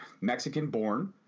Mexican-born